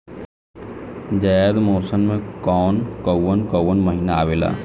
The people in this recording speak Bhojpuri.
जायद मौसम में कौन कउन कउन महीना आवेला?